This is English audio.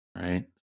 Right